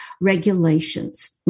regulations